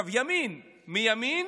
ימין מימין,